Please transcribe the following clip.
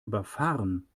überfahren